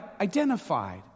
identified